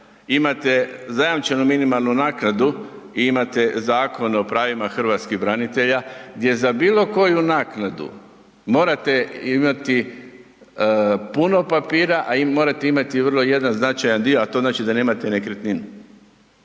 imate zajamčenu minimalnu naknadu i imate Zakon o pravima hrvatskih branitelja gdje za bilo koju naknadu morate imati puno papira, a morate imati i jedan vrlo značajan dio, a to znači da nemate nekretninu.